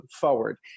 forward